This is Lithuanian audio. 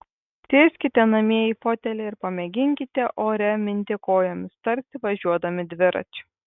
sėskite namie į fotelį ir pamėginkite ore minti kojomis tarsi važiuodami dviračiu